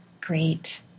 great